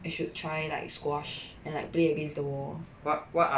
you should try like squash and I play against the wall